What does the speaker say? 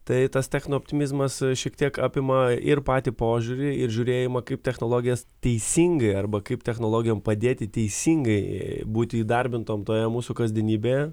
tai tas techno optimizmas šiek tiek apima ir patį požiūrį ir žiūrėjimą kaip technologijas teisingai arba kaip technologijom padėti teisingai būti įdarbintom toje mūsų kasdienybėje